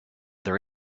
there